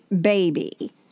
baby